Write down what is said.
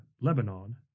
Lebanon